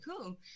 cool